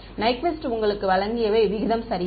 Nyquist உங்களுக்கு வழங்கியவை விகிதம் சரியா